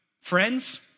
friends